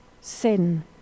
sin